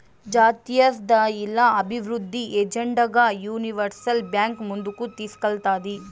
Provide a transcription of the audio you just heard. జాతీయస్థాయిల అభివృద్ధి ఎజెండాగా యూనివర్సల్ బాంక్ ముందుకు తీస్కేల్తాది